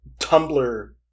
Tumblr